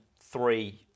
three